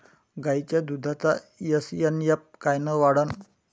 गायीच्या दुधाचा एस.एन.एफ कायनं वाढन?